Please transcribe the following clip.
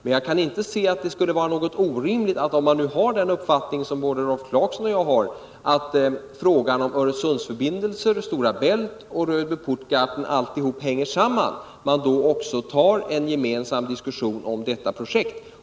Men jag kan inte se att det skulle vara orimligt att man, om man nu har den uppfattning som både Rolf Clarkson och jag har, att frågan om Öresundsförbindelserna och Stora Bält och Redby-Puttgarden hänger samman, också tar en gemensam diskussion om detta projekt.